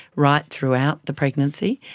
right throughout the pregnancy,